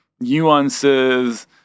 nuances